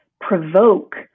provoke